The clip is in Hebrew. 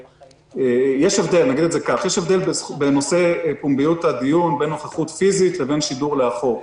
יש הבדל בנושא פומביות הדיון בין נוכחות פיזית לבין שידור לאחור,